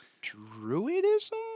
Druidism